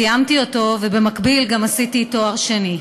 סיימתי אותו ובמקביל עשיתי תואר שני.